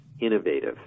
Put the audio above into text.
innovative